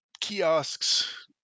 kiosks